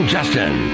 Justin